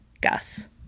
Gus